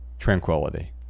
tranquility